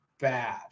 bad